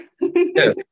Yes